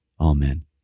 Amen